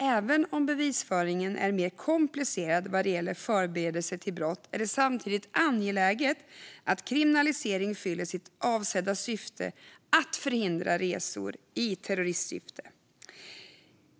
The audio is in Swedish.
Även om bevisföringen är mer komplicerad när det gäller förberedelse till brott är det samtidigt angeläget att kriminaliseringen fyller sitt avsedda syfte att förhindra resor i terrorismsyfte.